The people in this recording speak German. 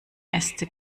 äste